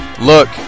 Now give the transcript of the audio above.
look